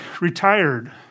retired